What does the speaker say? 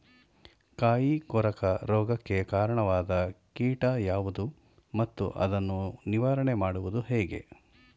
ಕಾಯಿ ಕೊರಕ ರೋಗಕ್ಕೆ ಕಾರಣವಾದ ಕೀಟ ಯಾವುದು ಮತ್ತು ಅದನ್ನು ನಿವಾರಣೆ ಮಾಡುವುದು ಹೇಗೆ?